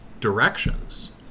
directions